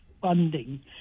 funding